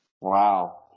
Wow